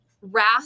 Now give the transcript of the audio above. wrath